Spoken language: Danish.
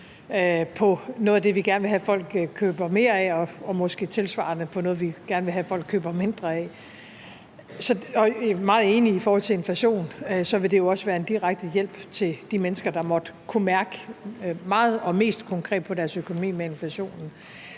på noget af det, vi gerne vil have at folk køber mere af, og måske tilsvarende på noget, vi gerne vil have at folk køber mindre af. Og jeg er jo også meget enig i, at det i forhold til inflationen vil være en direkte hjælp til de mennesker, der måtte kunne mærke den meget og mest konkret på deres økonomi. Som altid er